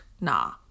Nah